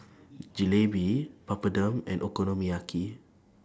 Jalebi Papadum and Okonomiyaki